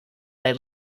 they